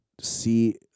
see